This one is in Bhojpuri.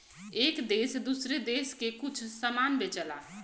एक देस दूसरे देस के कुछ समान बेचला